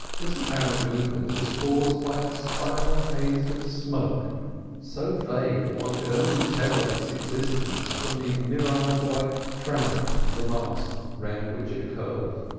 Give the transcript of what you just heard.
this apparent movement was caused by a spiral haze of smoke so vague that one could only tell of its existence from the mirage-like tremor of the mast round which it curled.